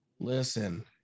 Listen